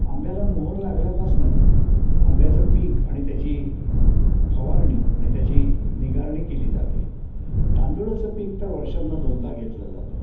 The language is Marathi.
आंब्याला मोहोर लागल्यापासून आंब्याचं पीक आणि त्याची फवारणी आणि त्याची निगारणी केली जाते तांदळाचं पीक तर वर्षातून दोनदा घेतलं जातं